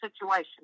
situation